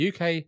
UK